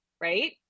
right